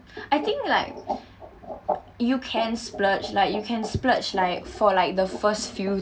I think like you can splurge lah you can splurge like for like the first few